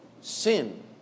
Sin